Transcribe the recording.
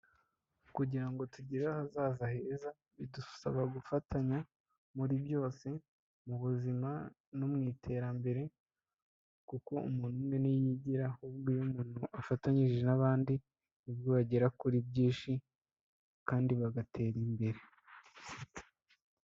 Kugira ngo tugere ahazaza heza bidusaba gufatanya muri byose mu buzima no mu iterambere kuko umuntu umwe ntiyigira ahubwo iyo umuntu afatanyije n'abandi nibwo bagera kuri byinshi kandi bagatera imbere.